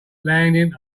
landing